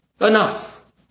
enough